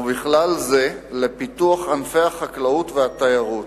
ובכלל זה לפיתוח ענפי החקלאות והתיירות.